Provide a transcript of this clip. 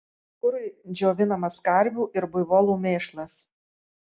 kurui džiovinamas karvių ir buivolų mėšlas